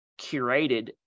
curated